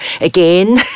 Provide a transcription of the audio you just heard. again